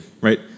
right